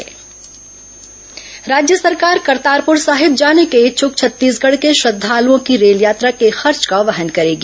मुख्यमंत्री करतारपुर साहिब राज्य सरकार करतारपूर साहिब जाने के इच्छक छत्तीसगढ़ के श्रद्धालुओं की रेल यात्रा के खर्च का वहन करेगी